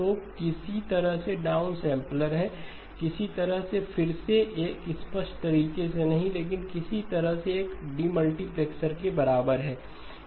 तो किसी तरह से डाउनसैंपलर है किसी तरह से फिर से एक स्पष्ट तरीके से नहीं लेकिन किसी तरह से एक डीमल्टीप्लेक्सर के बराबर है